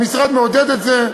המשרד מעודד את זה.